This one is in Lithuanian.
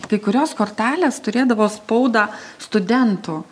kai kurios kortelės turėdavo spaudą studentų